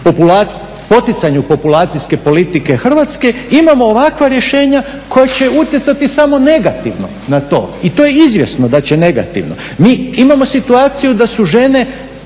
poticanju populacijske politike Hrvatske imamo ovakva rješenja koja će utjecati samo negativno na to. I to je izvjesno da će negativno. Mi imamo situaciju da su žene